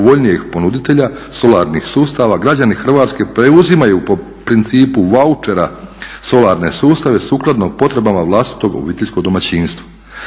najpovoljnijeg ponuditelja solarnih sustava građani Hrvatske preuzimaju po principu vauchera solarne sustave sukladno potrebama vlastitog obiteljskog domaćinstva.